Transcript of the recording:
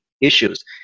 issues